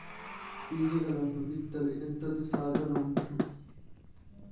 ಬೀಜಗಳನ್ನು ಬಿತ್ತಲು ಎಂತದು ಸಾಧನ ಉಂಟು?